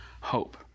hope